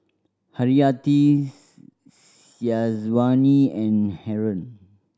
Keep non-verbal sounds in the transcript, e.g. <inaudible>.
Haryati <unintelligible> Syazwani and Haron